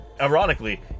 ironically